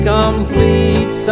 complete